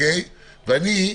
ואני,